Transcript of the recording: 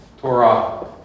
Torah